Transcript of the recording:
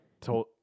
told